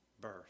birth